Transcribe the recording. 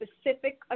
specific